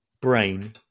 brain